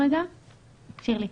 כן.